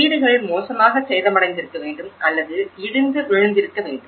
வீடுகள் மோசமாக சேதமடைந்திருக்க வேண்டும் அல்லது இடிந்து விழுந்திருக்க வேண்டும்